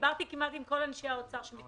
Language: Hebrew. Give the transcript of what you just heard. דיברתי כמעט עם כל אנשים האוצר שמתעסקים בנושא.